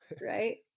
right